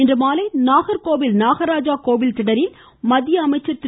இன்று மாலை நாகர்கோவில் நாகராஜா கோவில் திடலில் மத்திய அமைச்சர் திரு